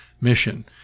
mission